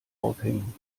aufhängen